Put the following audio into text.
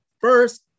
first